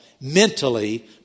mentally